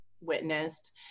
witnessed